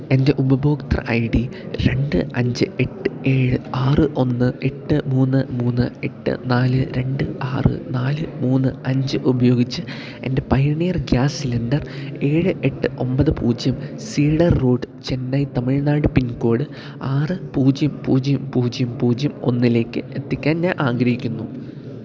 എൻ്റെ ഉപഭോക്തൃ I D രണ്ട് അഞ്ച് എട്ട് ഏഴ് ആറ് ഒന്ന് എട്ട് മൂന്ന് മൂന്ന് എട്ട് നാല് രണ്ട് ആറ് നാല് മൂന്ന് അഞ്ച് ഉപയോഗിച്ച് എൻ്റെ പയനീർ ഗ്യാസ് സിലിണ്ടർ ഏഴ് എട്ട് ഒമ്പത് പൂജ്യം Cedar Road Chennai Tamil Nadu pincode ആറ് പൂജ്യം പൂജ്യം പൂജ്യം പൂജ്യം ഒന്നിലേക്ക് എത്തിക്കാൻ ഞാൻ ആഗ്രഹിക്കുന്നു